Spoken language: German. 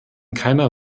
keiner